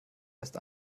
erst